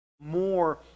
more